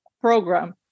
program